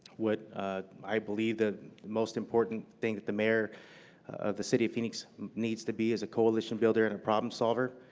what i believe the most important thing that the mayor of the city of phoenix needs to be is a coalition builder and a problem solver.